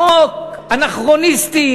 חוק אנכרוניסטי,